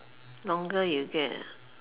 longer you get ah